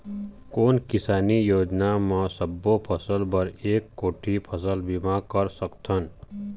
कोन किसानी योजना म सबों फ़सल बर एक कोठी फ़सल बीमा कर सकथन?